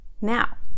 Now